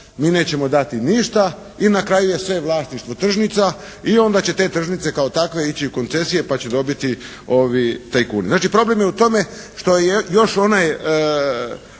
mi nećemo dati ništa i na kraju je sve vlasništvo tržnica. I onda će te tržnice kao takve ići u koncesije, pa će dobiti tajkuni. Znači, problem je u tome što je još onaj